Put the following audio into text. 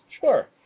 Sure